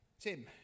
Tim